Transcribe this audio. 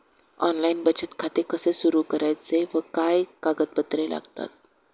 Online बचत खाते कसे सुरू करायचे व काय कागदपत्रे लागतात?